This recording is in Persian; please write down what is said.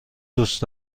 دوست